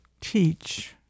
teach